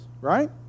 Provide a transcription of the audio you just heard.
right